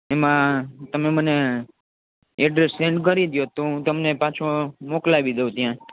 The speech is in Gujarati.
એમાં તમે મને એડ્રેસ સેન્ડ કરી દ્યો તો હું તમને પાછો મોકલાવી દઉ ત્યાં